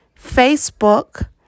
Facebook